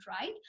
right